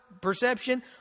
perception